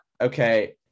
okay